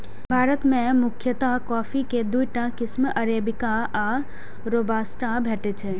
भारत मे मुख्यतः कॉफी के दूटा किस्म अरेबिका आ रोबास्टा भेटै छै